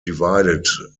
divided